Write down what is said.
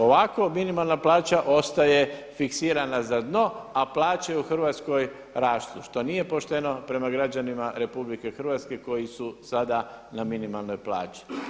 Ovako minimalna plaća ostaje fiksirana za dno, a plaća u Hrvatskoj rastu, što nije pošteno prema građanima RH koji su sada na minimalnoj plaći.